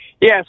Yes